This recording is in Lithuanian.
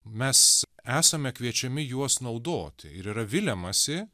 mes esame kviečiami juos naudoti ir yra viliamasi